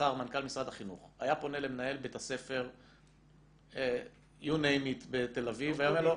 מחר מנכ"ל משרד החינוך היה פונה למנהל בית הספר בתל אביב והיה אומר לו,